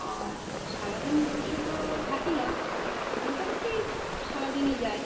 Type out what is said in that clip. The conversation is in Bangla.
আর সারা দিন বসে তো থাকি না মোটামোটি সারা দিনই যায়